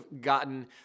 gotten